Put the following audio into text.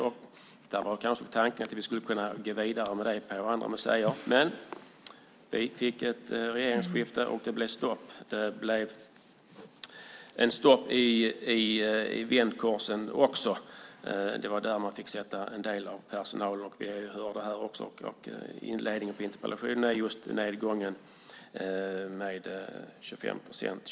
Tanken var kanske att vi skulle gå vidare med det till andra museer, men vi fick regeringsskifte och det blev stopp. Det blev stopp också i vändkorsen. Man fick sätta en del av personalen där, och vi hörde just om nedgången i besökarantal, 26 procent.